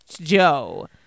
Joe